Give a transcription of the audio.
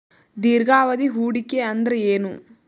ದೀರ್ಘಾವಧಿ ಹೂಡಿಕೆ ಅಂದ್ರ ಏನು?